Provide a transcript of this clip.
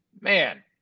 man